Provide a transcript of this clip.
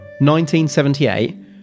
1978